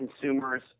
consumers